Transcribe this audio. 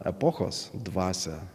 epochos dvasią